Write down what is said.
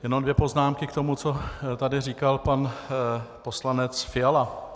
Jenom dvě poznámky k tomu, co tady říkal pan poslanec Fiala.